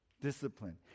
discipline